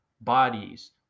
bodies